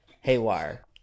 haywire